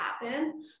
happen